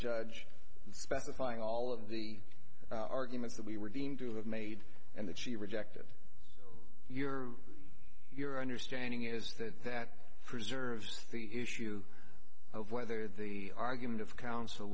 judge specifying all of the arguments that we were deemed to have made and that she rejected your your understanding is that that preserves the issue of whether the argument of counsel